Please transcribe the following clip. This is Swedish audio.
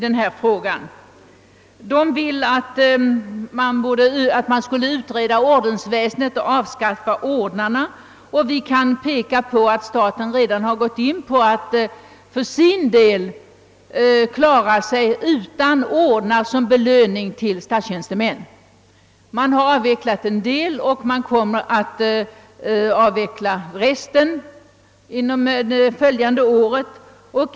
De vill att en utredning skall verkställas rörande ordensväsendets avskaffande. Vi kan peka på att staten för sin del har slagit in på linjen att klara sig utan ordnar som belöning till statstjänstemän. Ordensväsendet har redan till en del avvecklats, och resten kommer att avvecklas under nästkommande år.